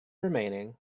remaining